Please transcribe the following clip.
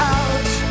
out